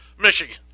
Michigan